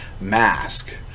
mask